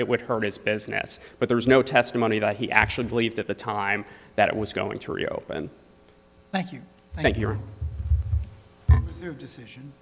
it would hurt his business but there is no testimony that he actually believed at the time that it was going to reopen thank you thank your decision